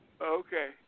Okay